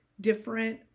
different